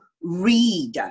read